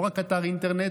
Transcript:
לא רק באתר אינטרנט,